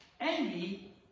Envy